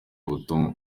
ubutumwa